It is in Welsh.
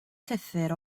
llythyr